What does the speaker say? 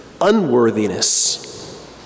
unworthiness